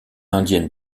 indienne